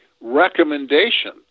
recommendation